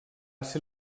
ser